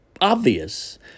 obvious